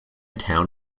town